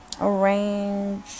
arrange